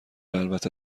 البته